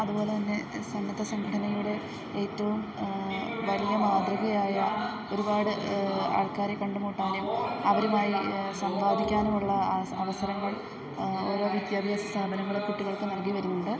അതുപോലെ തന്നെ സന്നദ്ധ സംഘടനയിലെ ഏറ്റവും വലിയ മാതൃകയായ ഒരുപാട് ആൾക്കാരെ കണ്ട് മുട്ടാനും അവരുമായി സംവാദിക്കാനുമുള്ള അവസരങ്ങൾ ഓരോ വിദ്യാഭ്യാസ സ്ഥാപനങ്ങളും കുട്ടികൾക്ക് നൽകി വരുന്നുണ്ട്